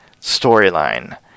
storyline